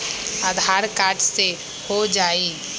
आधार card से हो जाइ?